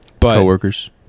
Co-workers